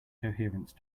coherence